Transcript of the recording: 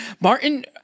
Martin